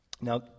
Now